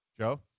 Joe